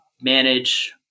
manage